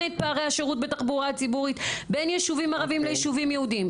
את השירות בתחבורה ציבורית בין יישובים ערבים ליישובים יהודים.